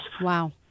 Wow